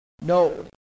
no